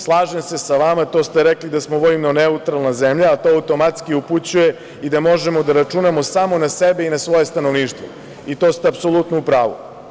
Slažem se sa vama, to ste rekli da smo vojno-neutralna zemlja, a to automatski upućuje i da možemo da računamo samo na sebe i na svoje stanovništvo i to ste apsolutno u pravu.